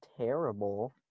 terrible